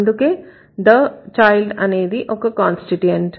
అందుకే the child అనేది ఒక కాన్స్టిట్యూయెంట్